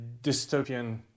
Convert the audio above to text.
dystopian